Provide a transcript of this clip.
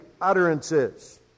utterances